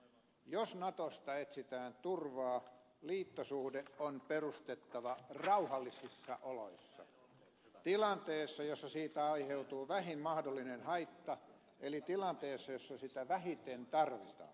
jos natosta etsitään turvaa liittosuhde on perustettava rauhallisissa oloissa tilanteessa jossa siitä aiheutuu vähin mahdollinen haitta eli tilanteessa jossa sitä vähiten tarvitaan